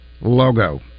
logo